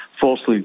falsely